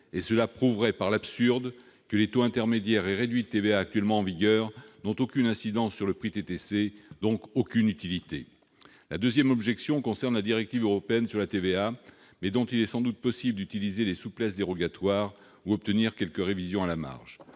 et cela prouverait par l'absurde que les taux intermédiaires et réduits de TVA actuellement en vigueur n'ont aucune incidence sur le prix TTC, donc aucune utilité. La deuxième objection concerne la directive européenne sur la TVA, mais dont il est sans doute possible d'utiliser les souplesses dérogatoires ou d'obtenir quelques révisions à la marge.